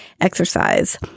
exercise